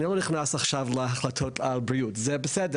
אני לא נכנס עכשיו להחלטות על בריאות, וזה בסדר.